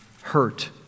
hurt